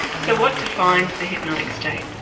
so what defines the hypnotic state?